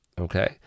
okay